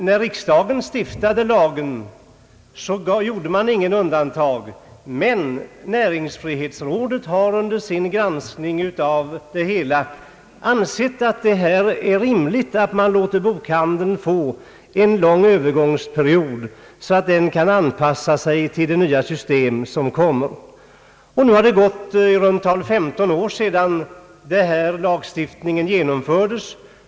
När riksdagen stiftade lagen gjordes inget undantag, men näringsfrihetsrådet har under sin granskning funnit det rimligt att bokhandeln får en lång öÖövergångstid, så att den kan anpassa sig till det nya system som kommer. Nu har det gått i runt tal 15 år sedan denna lagstiftning genomfördes.